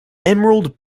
emerald